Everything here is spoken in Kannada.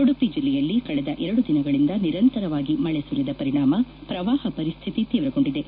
ಉಡುಪಿ ಜಿಲ್ಲೆಯಲ್ಲಿ ಕಳೆದ ಎರಡು ದಿನಗಳಿಂದ ನಿರಂತರವಾಗಿ ಮಳೆ ಸುರಿದ ಪರಿಣಾಮ ಪ್ರವಾಹ ಪರಿಸ್ತಿತಿ ತೀವ್ರಗೊಂಡಿದೆ